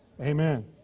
Amen